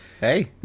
Hey